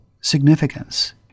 significance